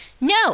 no